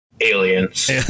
Aliens